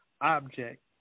object